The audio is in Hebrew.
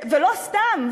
לא סתם,